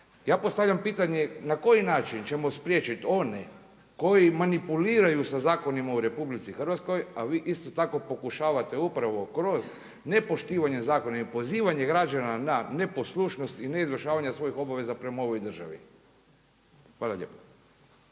Ja postavljam pitanje na koji način ćemo spriječiti one koji manipuliraju sa zakonima u RH a vi isto tako pokušavate upravo kroz nepoštivanje zakona i pozivanjem građana na neposlušnost i ne izvršavanje svojih obaveza prema ovoj državi. Hvala lijepa.